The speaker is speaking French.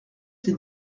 ces